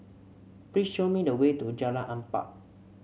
please show me the way to Jalan Empat